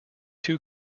two